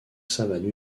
savane